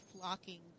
flocking